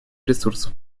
ресурсов